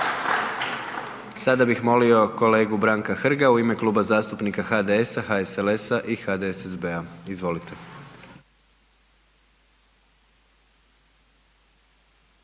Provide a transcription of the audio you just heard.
Sada bih molio kolegu Branka Hrga u ime Kluba zastupnika HDS-a, HSLS-a i HDSSB-a. Izvolite.